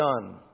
done